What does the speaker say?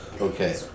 Okay